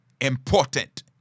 important